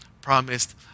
promised